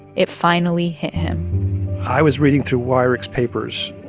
it finally hit him i was reading through weyrich's papers,